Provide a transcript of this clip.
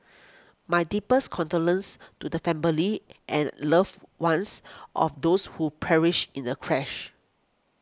my deepest condolences to the families and loved ones of those who perished in the crash